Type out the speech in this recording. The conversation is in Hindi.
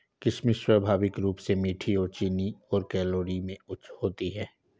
किशमिश स्वाभाविक रूप से मीठी और चीनी और कैलोरी में उच्च होती है